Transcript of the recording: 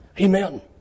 Amen